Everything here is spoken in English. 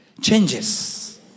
changes